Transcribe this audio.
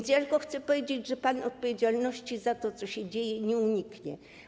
Chcę tylko powiedzieć, że pan odpowiedzialności za to, co się dzieje, nie uniknie.